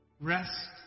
rest